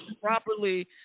properly